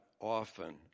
often